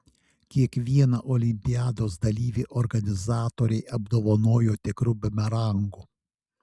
kiekvieną olimpiados dalyvį organizatoriai apdovanojo tikru bumerangu